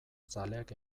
zaleak